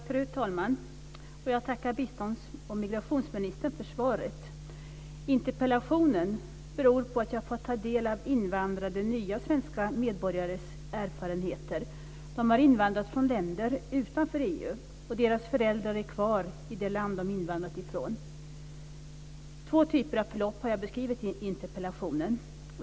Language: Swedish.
Fru talman! Jag vill tacka bistånds och migrationsministern för svaret. Interpellationen beror på att jag har fått ta del av invandrade nya svenska medborgares erfarenheter. De har invandrat från länder utanför EU, och deras föräldrar är kvar i det land de invandrat ifrån. Två typer av förlopp har jag beskrivit i min interpellation.